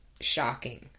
shocking